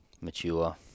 mature